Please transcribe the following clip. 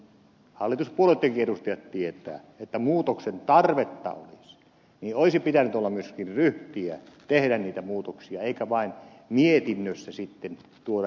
kun hallituspuolueittenkin edustajat tietävät että muutoksen tarvetta olisi niin olisi pitänyt olla myöskin ryhtiä tehdä niitä muutoksia eikä vain mietinnössä sitten tuoda niitä esille